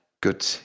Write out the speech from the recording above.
good